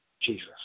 Jesus